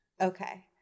Okay